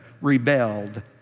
rebelled